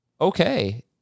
Okay